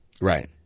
Right